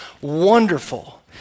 Wonderful